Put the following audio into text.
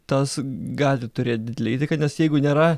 tas gali turėt didelę įtaką nes jeigu nėra